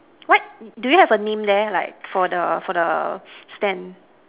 what do you have a name there like for the for the stand